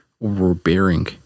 overbearing